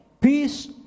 peace